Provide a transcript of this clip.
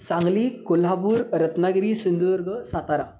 Sangli Kolhapur Ratnagiri Sindhudurg Satara